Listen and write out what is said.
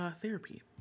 therapy